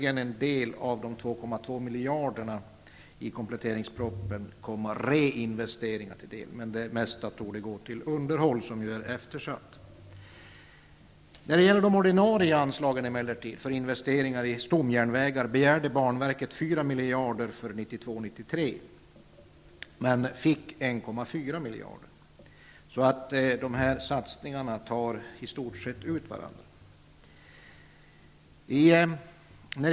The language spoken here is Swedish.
En del av de 2,2 miljarder som anslås i kompletteringspropositionen kan möjligen komma reinvesteringar till del, men det mesta torde gå till underhåll, som ju är eftersatt. När det gäller de ordinarie anslagen för investeringar i stomjärnvägar begärde banverket 4 miljarder för 1992/93, men man fick 1,4 miljarder. Satsningarna tar alltså i stort sett ut varandra.